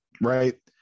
right